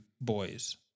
boys